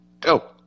Go